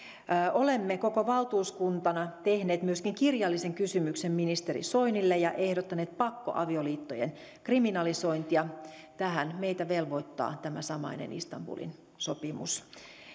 olemme koko valtuuskuntana tehneet myöskin kirjallisen kysymyksen ministeri soinille ja ehdottaneet pakkoavioliittojen kriminalisointia tähän meitä velvoittaa tämä samainen istanbulin sopimus